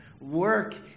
work